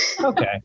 Okay